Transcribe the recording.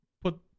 put